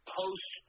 post